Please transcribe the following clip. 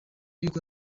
y’uko